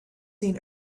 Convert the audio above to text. seen